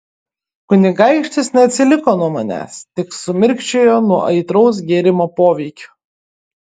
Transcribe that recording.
kunigaikštis neatsiliko nuo manęs tik sumirkčiojo nuo aitraus gėrimo poveikio